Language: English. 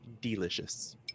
delicious